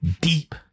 deep